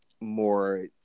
more